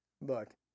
Look